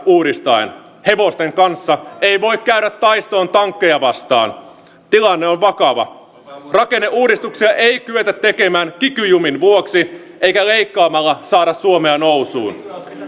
uudistaen hevosten kanssa ei voi käydä taistoon tankkeja vastaan tilanne on vakava rakenneuudistuksia ei kyetä tekemään kiky jumin vuoksi eikä leikkaamalla saada suomea nousuun